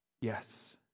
Yes